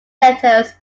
letters